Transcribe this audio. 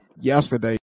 Yesterday